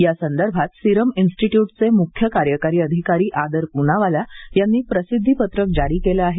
या संदर्भात सीरम इन्स्टिट्यूटचे मुख्य कार्यकारी अधिकारी आदर पूनावाला यांनी प्रसिद्धीपत्रक जारी केलं आहे